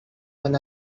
when